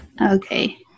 Okay